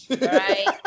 right